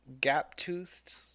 Gap-toothed